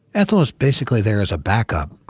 ethel is basically there as a back-up,